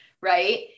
right